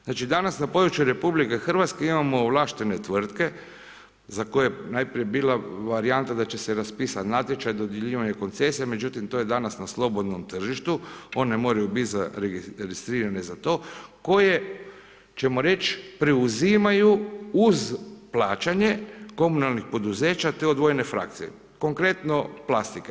Znači danas na području RH imamo ovlaštene tvrtke, za koje je najprije bila varijanta da će se raspisati natječaj dodjeljivanje koncesije, međutim, to je danas na slobodnom tržištu, one moraju registrirane za to, koje ćemo reći preuzimaju uz plaćanje komunalnih poduzeća te odvojene frakcije, konkretno plastika.